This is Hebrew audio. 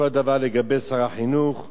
אותו הדבר לגבי שר החינוך.